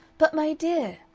but, my dear!